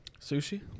Sushi